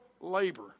labor